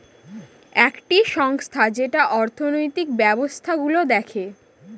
একটি সংস্থা যেটা অর্থনৈতিক ব্যবস্থা গুলো দেখে